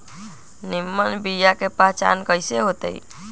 निमन बीया के पहचान कईसे होतई?